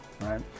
Right